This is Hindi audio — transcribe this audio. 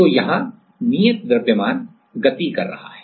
तो यहाँ नियत द्रव्यमान प्रूफ मास proof mass गति कर रहा है